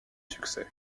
succès